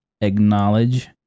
Acknowledge